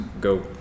go